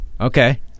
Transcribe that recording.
Okay